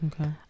okay